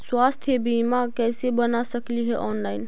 स्वास्थ्य बीमा कैसे बना सकली हे ऑनलाइन?